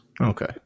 Okay